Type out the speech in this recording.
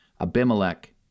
Abimelech